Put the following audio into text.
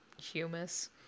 humus